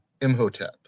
imhotep